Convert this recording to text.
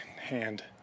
hand